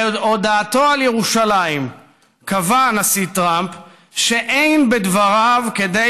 בהודעתו על ירושלים קבע הנשיא טראמפ שאין בדבריו כדי